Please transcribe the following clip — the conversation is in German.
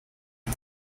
nur